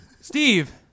Steve